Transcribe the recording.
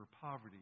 poverty